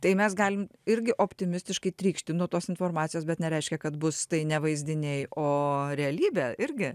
tai mes galim irgi optimistiškai trykšti nuo tos informacijos bet nereiškia kad bus tai ne vaizdiniai o realybė irgi